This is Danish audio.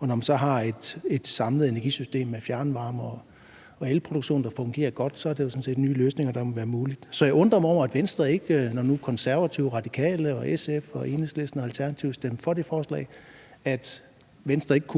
Når man så har et samlet energisystem med fjernvarme og elproduktion, der fungerer godt, er det sådan set nye løsninger, der må være muligt. Så jeg undrer mig over, at Venstre ikke, når nu Konservative, Radikale, SF, Enhedslisten og Alternativet stemmer for det forslag, kan